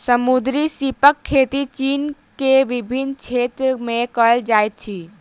समुद्री सीपक खेती चीन के विभिन्न क्षेत्र में कयल जाइत अछि